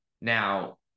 Now